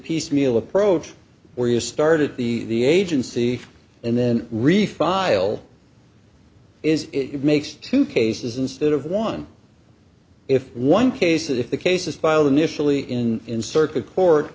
piecemeal approach where you start at the agency and then refile is it makes two cases instead of one if one case if the case is filed initially in